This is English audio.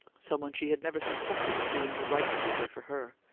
someone she had never suspected of being the right seeker for her,